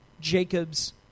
Jacob's